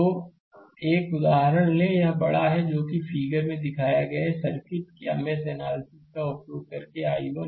तो एक और उदाहरण लें यह एक बड़ा है जो यह फिगर में दिखाए गए सर्किट के मेश एनालिसिस का उपयोग करके I1 और i4 निर्धारित करता है